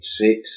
six